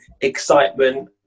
excitement